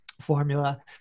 formula